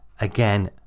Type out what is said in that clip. again